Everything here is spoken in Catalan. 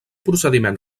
procediment